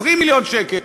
20 מיליון שקל,